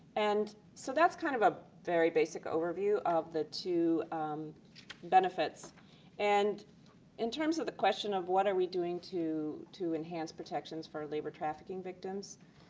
and so that's kind of a very basic overview of the two benefits and in terms of the question of what are we doing to enhance protections for labor trafficking victims,